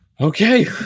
Okay